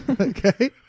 Okay